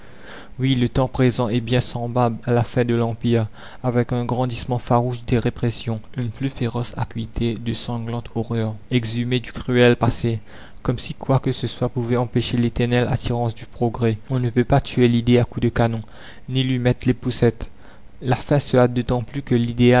oui le temps présent est bien semblable à la fin de l'empire avec un grandissement farouche des répressions une plus féroce acuité de sanglantes horreurs exhumées du cruel passé comme si quoi que ce soit pouvait empêcher l'éternel attirance du progrès on ne peut pas tuer l'idée à coups de canon ni lui mettre les poucettes la fin se hâte d'autant plus que l'idéal